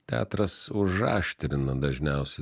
teatras užaštrina dažniausiai